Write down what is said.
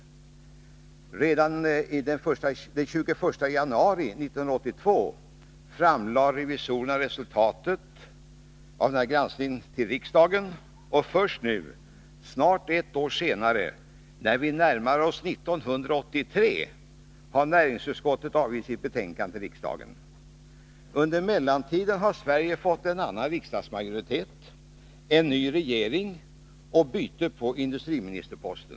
Redan den 21 januari 1982 framlade revisorerna resultatet av denna granskning för riksdagen. Först nu — snart ett år senare, när vi närmar oss 1983 — har näringsutskottet avgivit sitt betänkande till riksdagen. Under mellantiden har Sverige fått en annan riksdagsmajoritet och en ny regering, och byte har ägt rum på industriministerposten.